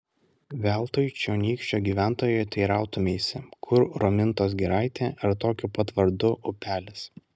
veltui čionykščio gyventojo teirautumeisi kur romintos giraitė ar tokiu pat vardu upelis